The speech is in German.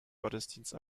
gottesdienst